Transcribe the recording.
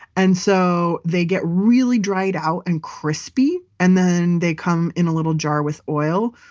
and so they get really dried out and crispy and then they come in a little jar with oil.